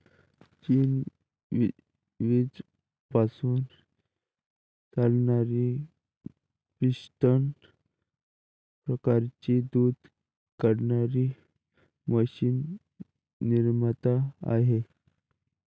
चीन वीज पासून चालणारी पिस्टन प्रकारची दूध काढणारी मशीन निर्माता आहे